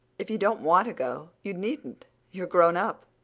if you don't want to go you needn't. you're grown up.